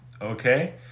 Okay